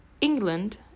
England